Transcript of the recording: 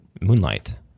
Moonlight